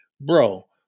Bro